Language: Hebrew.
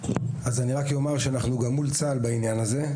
אני רק אומר שאנחנו גם מול צה"ל בעניין הזה.